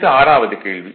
அடுத்து ஆறாவது கேள்வி